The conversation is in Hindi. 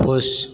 खुश